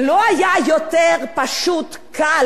קל והרבה יותר פרגמטי,